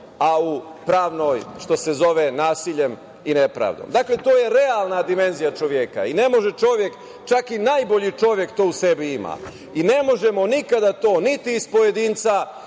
a u pravnoj što se zove nasiljem i nepravdom. To je realna dimenzija čoveka. Čak i najbolji čovek to u sebi ima. I ne možemo nikada to, niti iz pojedinca,